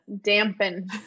dampen